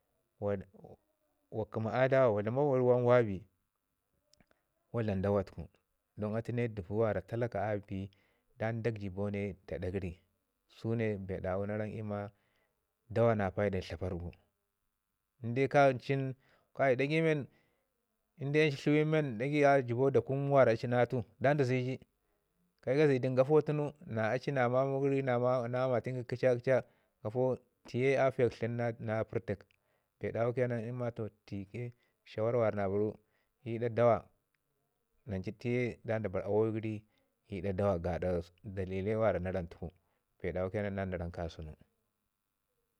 wa- wak kə ma adla wa wi dlama wa ke wan wabi wa dlam dawa tuku don atu ne dəuo wara talaka abi ndan dokji bone da ɗa gəri, su ne bee dawu na ramma dawa na paida dlaparr gu, in de kan cin kai ɗagai men ancu tləwai men ɗagai a jibau da kunu wara a li na atu dan da ziji. Ke ka zijin gafo gu tuno na amatau na mamau gəri gafo tunu tiye afiya tlən na pərtək bee dawo ke nan i ma tike shawarr mi na baru ke nan i ɗa dawa nan cu tike dan da bar awayu gəri i ɗa dawa gaɗa dalilai mi wara na ramu tuku bee dawu kenana nan na ram kasau.